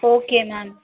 okay ma'am